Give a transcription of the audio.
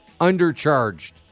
undercharged